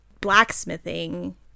blacksmithing